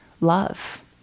love